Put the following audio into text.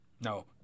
No